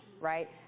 right